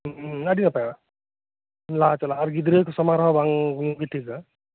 ᱦᱮᱸ ᱟᱹᱰᱤ ᱱᱟᱯᱟᱭ ᱞᱟᱦᱟ ᱪᱟᱞᱟᱜᱼᱟ ᱜᱤᱫᱽᱨᱟᱹ ᱥᱟᱢᱟᱝ ᱨᱮᱦᱚᱸ ᱧᱩ ᱵᱟᱝ ᱴᱷᱤᱠᱼᱟ